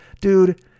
dude